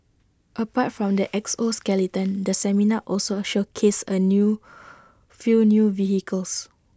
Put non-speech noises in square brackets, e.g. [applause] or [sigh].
apart from the exoskeleton the seminar also showcased A new [noise] few new vehicles